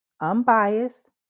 unbiased